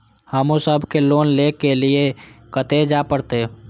हमू सब के लोन ले के लीऐ कते जा परतें?